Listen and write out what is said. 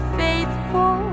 faithful